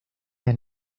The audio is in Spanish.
han